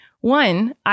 One